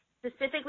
specifically